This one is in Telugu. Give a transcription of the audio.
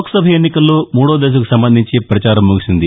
లోక్సభ ఎన్నికల్లో మూదో దశకు సంబంధించి ప్రచారం ముగిసింది